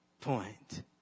point